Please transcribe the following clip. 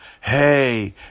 hey